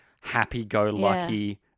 happy-go-lucky